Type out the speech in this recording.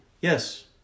Yes